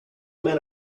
men